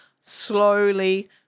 slowly